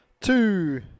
Two